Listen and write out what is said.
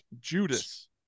Judas